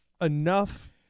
enough